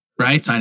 right